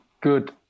good